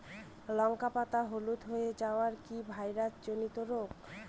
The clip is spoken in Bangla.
লঙ্কা পাতা হলুদ হয়ে যাওয়া কি ভাইরাস জনিত রোগ?